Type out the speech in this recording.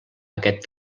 aquest